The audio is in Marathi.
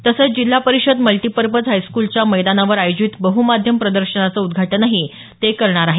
तसंच जिल्हा परिषद मल्टीपर्पज हायस्कूलच्या मैदानावर आयोजित बहमाध्यम प्रदर्शनाचं उद्घाटनही करणार आहेत